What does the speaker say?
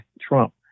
Trump